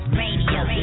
Radio